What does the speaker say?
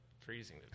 freezing